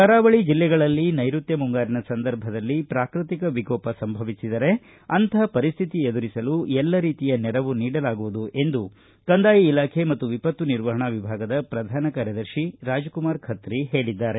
ಕರಾವಳಿ ಜಿಲ್ಲೆಗಳಲ್ಲಿ ನೈಋತ್ಯ ಮುಂಗಾರಿನ ಸಂದರ್ಭದಲ್ಲಿ ಪ್ರಾಕೃತಿಕ ವಿಕೋಪ ಸಂಭವಿಸಿದರೆ ಅಂಥ ಪರಿಸ್ಥಿತಿ ಎದುರಿಸಲು ಎಲ್ಲ ರೀತಿಯ ನೆರವು ನೀಡಲಾಗುವುದು ಎಂದು ಕಂದಾಯ ಇಲಾಖೆ ಮತ್ತು ವಿಪತ್ತು ನಿರ್ವಹಣಾ ವಿಭಾಗದ ಪ್ರಧಾನ ಕಾರ್ಯದರ್ಶಿ ರಾಜ್ಕುಮಾರ್ ಖತ್ರಿ ಹೇಳಿದ್ದಾರೆ